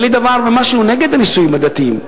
אין לי דבר נגד הנישואים הדתיים,